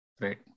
right